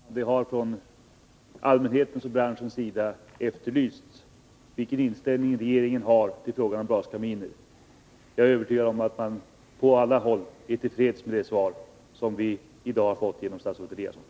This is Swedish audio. Fru talman! Det har från allmänhetens och branschens sida efterlysts vilken inställning regeringen har till frågan om braskaminer. Jag är övertygad om att man på alla håll är till freds med det svar som vi i dag har fått av statsrådet Eliasson.